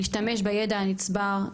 להשתמש בידע הנצבר,